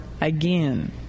again